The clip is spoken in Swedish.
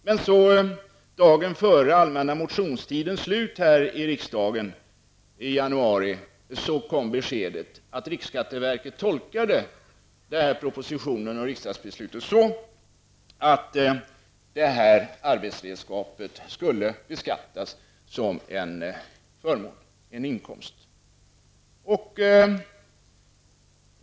Men dagen före allmänna motionstidens slut här i riksdagen, i januari, kom beskedet att riksskatteverket tolkade propositionen och riksdagsbeslutet så att det här arbetsredskapet skulle beskattas som en förmån, en inkomst.